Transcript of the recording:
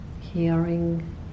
hearing